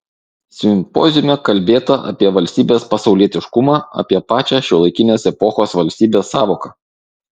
simpoziume kalbėta apie valstybės pasaulietiškumą apie pačią šiuolaikinės epochos valstybės sąvoką